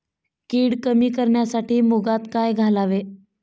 कीड कमी करण्यासाठी मुगात काय घालावे?